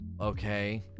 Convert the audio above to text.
okay